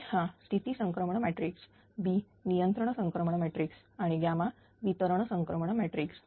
A हा स्थिती संक्रमण मॅट्रिक्स B नियंत्रण संक्रमण मॅट्रिक्स आणि ୮ वितरण संक्रमण मॅट्रिक्स